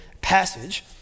passage